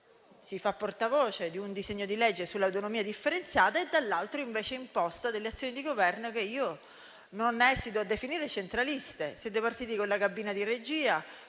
si fa portavoce di un disegno di legge sull'autonomia differenziata e, dall'altro, imposta azioni di governo che non esito a definire centraliste. Siete partiti con la cabina di regia,